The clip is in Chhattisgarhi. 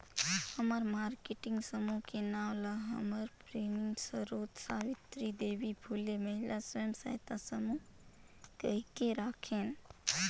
हमन मारकेटिंग समूह के नांव ल हमर प्रेरन सरोत सावित्री देवी फूले महिला स्व सहायता समूह कहिके राखेन